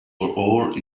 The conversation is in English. hole